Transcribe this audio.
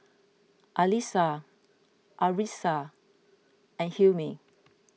Alyssa Arissa and Hilmi